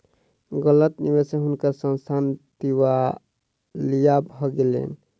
गलत निवेश स हुनकर संस्थान दिवालिया भ गेलैन